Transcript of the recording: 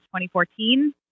2014